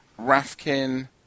Rafkin